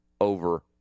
over